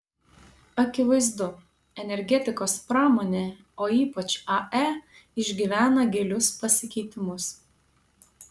akivaizdu energetikos pramonė o ypač ae išgyvena gilius pasikeitimus